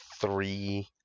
three